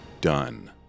Done